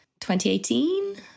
2018